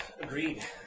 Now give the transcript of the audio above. agreed